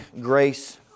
grace